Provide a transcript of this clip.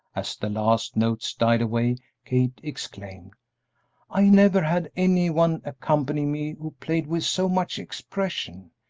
as the last notes died away kate exclaimed i never had any one accompany me who played with so much expression.